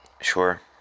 Sure